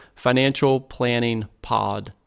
financialplanningpod